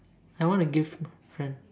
I wanna give my friend